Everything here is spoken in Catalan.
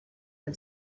del